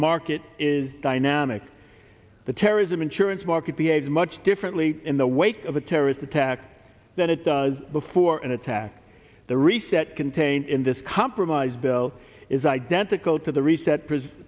market is dynamic the terrorism insurance market b s much differently in the wake of a terrorist attack than it does before an attack the reset contained in this compromise bill is identical to the reset p